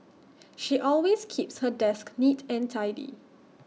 she always keeps her desk neat and tidy